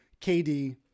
KD